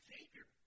Savior